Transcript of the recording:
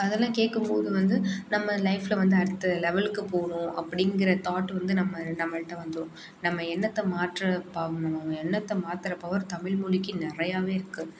அதெல்லாம் கேட்கும் போது வந்து நம்ம லைஃப்பில் வந்து அடுத்த லெவெலுக்கு போகணும் அப்படிங்கிற தாட்டு வந்து நம்ம நம்மள்கிட்ட வந்துரும் நம்ம எண்ணெத்தை மாற்ற பா நம்ம எண்ணெத்தை மாற்றுற பவர் தமிழ்மொழிக்கு நிறையாவே இருக்கு